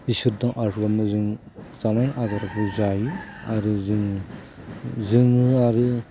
इसोरखौ जानाय आदारखौ जायो आरो जों जोङो आरो